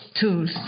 tools